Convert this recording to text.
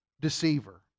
deceiver